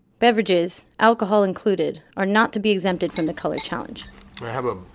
beverages, alcohol included, are not to be exempted from the color challenge i have a